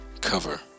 cover